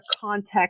context